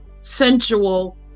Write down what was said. sensual